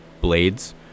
blades